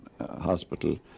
hospital